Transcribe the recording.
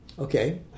Okay